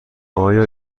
آیا